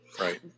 Right